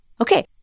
okay